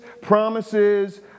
promises